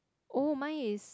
oh my is